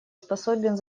способен